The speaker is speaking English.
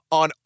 on